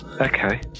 Okay